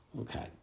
Okay